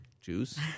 juice